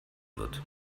wird